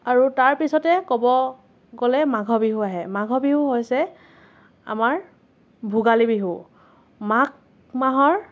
আৰু তাৰ পিছতে ক'ব গ'লে মাঘ বিহু আহে মাঘ বিহু হৈছে আমাৰ ভোগালী বিহু মাঘ মাহৰ